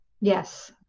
yes